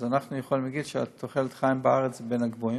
אז אנחנו יכולים להגיד שתוחלת החיים בארץ היא בין הגבוהות,